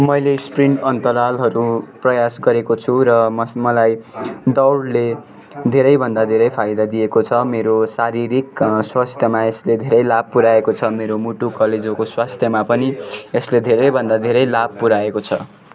मैले स्प्रिन अन्तरालहरू प्रयास गरेको छु र मस् मलाई दौडले धेरैभन्दा धेरै फाइदा दिएको छ मेरो शारीरिक स्वास्थ्यमा यसले धेरै लाभ पुऱ्याएको छ मेरो मुटु कलेजोको स्वास्थ्यमा पनि यसले धेरैभन्दा धेरै लाभ पुऱ्याएको छ